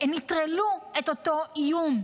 נטרלו את אותו איום,